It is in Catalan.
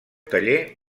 taller